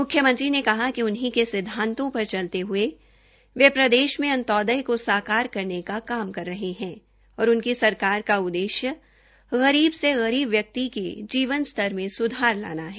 मुख्यमंत्री ने कहा कि उन्हीं के सिद्वातों पर चलते हये वे प्रदेश में अंत्योदय को साकार करने का काम कर रहे है और उनकी सरकार का उद्देश्य गरीब व्यक्ति के जीवन स्तर में सुधार लाना है